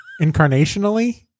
incarnationally